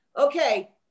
okay